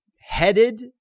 headed